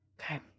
Okay